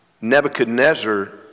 Nebuchadnezzar